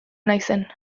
naizen